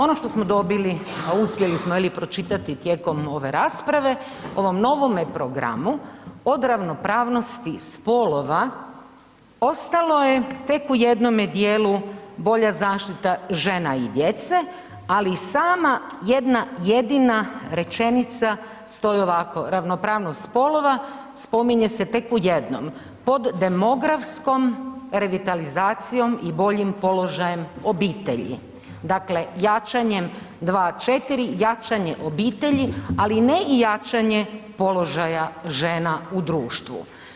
Ono što smo dobili, uspjeli smo jeli pročitati tijekom ove rasprave ovom novom programu od ravnopravnosti spolova ostalo je tek u jednome dijelu bolja zaštita žene i djece, ali i sama jedna jedina rečenica stoji ovako, ravnopravnost spolova spominje se tek u jednom pod demografskom revitalizacijom i boljim položajem obitelji, dakle jačanjem, 2.4. jačanje obitelji, ali ne i jačanje položaja žena u društvu.